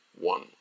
one